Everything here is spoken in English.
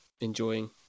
enjoying